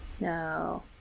No